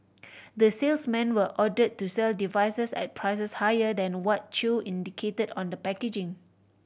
the salesmen were ordered to sell devices at prices higher than what Chew indicated on the packaging